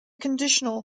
conditional